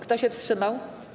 Kto się wstrzymał?